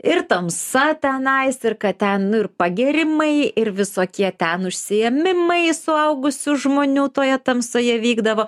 ir tamsa tenais ir kad ten nu ir pagėrimai ir visokie ten užsiėmimai suaugusių žmonių toje tamsoje vykdavo